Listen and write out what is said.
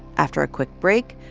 after a quick break,